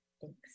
Thanks